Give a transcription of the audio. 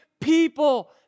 people